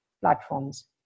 platforms